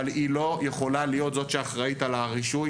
אבל היא לא יכולה להיות זאת שאחראית על הרישוי.